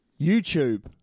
YouTube